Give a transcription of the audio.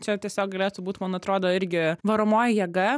čia tiesiog galėtų būt man atrodo irgi varomoji jėga